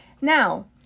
Now